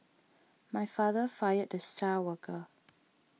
my father fired the star worker